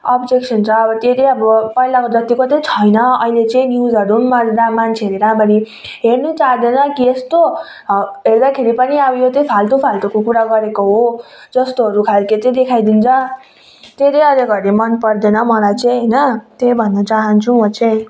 objection छ आब त्यो चाहिँ अब पहिलाको जतिको चाहिँ छैन अहिले चाहिँ न्युजहरू पनि मान्छेहरूले राम्ररी हेर्नु चाँहदैन कि यस्तो हेर्दाखेरि पनि आब यो चाहिँ फाल्तु फाल्तुको कुरा गरेको हो जस्तोहरू खालको चाहिँ देखाइ दिन्छ त्यसैले अहिले घरी मन पर्दैन मलाई चाहिँ होइन त्यही भन्न चाहन्छु म चाहिँ